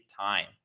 time